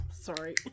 Sorry